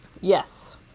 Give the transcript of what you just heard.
yes